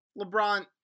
LeBron